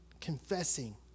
confessing